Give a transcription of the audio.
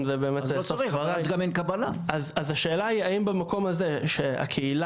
אז השאלה היא האם במקום הזה שהקהילה,